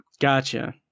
Gotcha